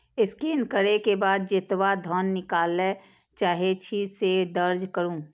scan करै के बाद जेतबा धन निकालय चाहै छी, से दर्ज करू